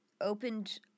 opened